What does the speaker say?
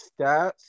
stats